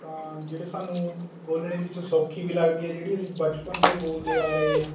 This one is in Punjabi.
ਜਿਹੜੇ ਸਾਨੂੰ ਬੋਲ਼ਣ ਵਿੱਚ ਸੌਖੀ ਵੀ ਲੱਗਦੀ ਹੈ ਜਿਹੜੀ ਅਸੀਂ ਬਚਪਨ ਤੋਂ ਬੋਲ਼ਦੇੇ ਆ ਰਹੇ ਹਾਂ